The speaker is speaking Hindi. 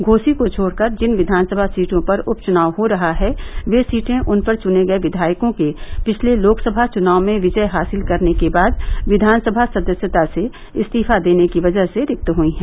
घोसी को छोड़कर जिन विधानसभा सीटों पर उपचनाव हो रहा है वे सीटें उन पर चने गए विधायकों के पिछले लोकसभा चनाव में विजय हासिल करने के बाद विघानसभा सदस्यता से इस्तीफा देने की वजह से रिक्त हुई हैं